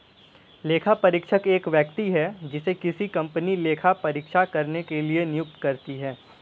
लेखापरीक्षक एक व्यक्ति है जिसे किसी कंपनी लेखा परीक्षा करने के लिए नियुक्त करती है